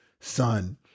son